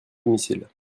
domicile